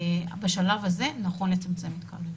בשלב הזה נכון לצמצם התקהלות.